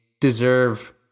deserve